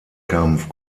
kampf